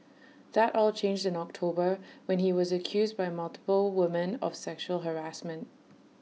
that all changed in October when he was accused by multiple women of sexual harassment